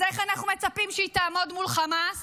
אז איך אנחנו מצפים שהיא תעמוד מול חמאס